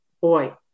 boy